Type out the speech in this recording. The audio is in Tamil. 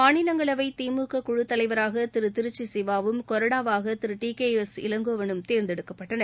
மாநிலங்களவை திமுக குழுத்தலைவராக திரு திருச்சி சிவாவும் கொறடாவாக திரு டிகேஎஸ் இளங்கோவனும் தேர்ந்தெடுக்கப்பட்டனர்